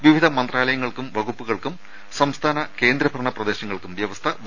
വിവിധ മന്ത്രാലയങ്ങൾക്കും വകുപ്പുകൾക്കും സംസ്ഥാന കേന്ദ്രഭരണ പ്രദേശങ്ങൾക്കും വ്യവസ്ഥ ബാധകമാണ്